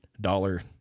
dollar